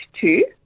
two